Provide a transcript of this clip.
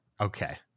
okay